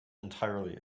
entirely